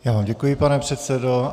Já vám děkuji, pane předsedo.